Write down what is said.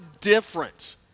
different